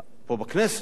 פה בכנסת.